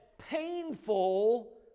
painful